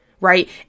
right